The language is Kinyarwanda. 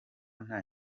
nta